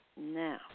Now